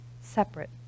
separate